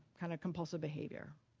kind of compulsive behavior,